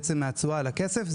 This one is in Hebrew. מהתשואה על הכסף,